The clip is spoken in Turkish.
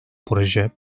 proje